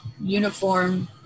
uniform